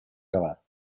acabat